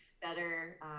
better